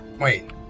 Wait